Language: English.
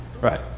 Right